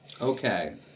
Okay